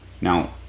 Now